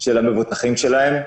של המבוטחים שלהן.